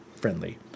friendly